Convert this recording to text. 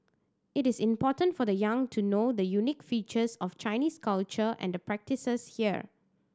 it is important for the young to know the unique features of Chinese culture and the practices here